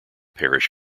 parish